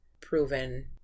proven